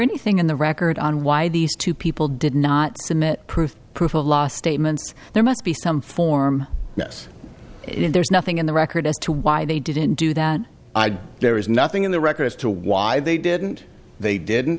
anything in the record on why these two people did not submit proof proof a law statements there must be some form yes there's nothing in the record as to why they didn't do that i there is nothing in the record as to why they didn't they didn't